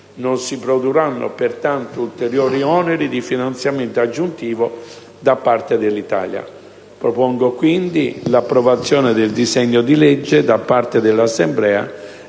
Non si produrranno pertanto ulteriori oneri di finanziamento aggiuntivo da parte dell'Italia. In conclusione, si propone l'approvazione del disegno di legge da parte dell'Assemblea.